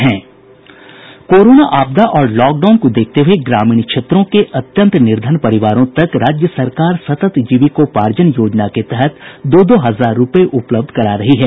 corona आपदा और lockdown को देखते हुए ग्रामीण क्षेत्रों के अत्यंत निर्धन परिवारों तक राज्य सरकार सतत जीविकोपार्जन योजना के तहत दो दो हजार रूपये उपलब्ध करा रही है